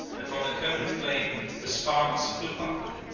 and from the cone of flame the sparks flew upwards,